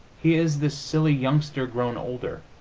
he is this silly youngster grown older,